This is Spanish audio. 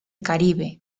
caribe